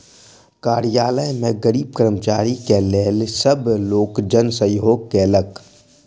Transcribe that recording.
कार्यालय में गरीब कर्मचारी के लेल सब लोकजन सहयोग केलक